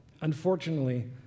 Unfortunately